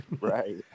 Right